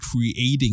creating